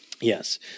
Yes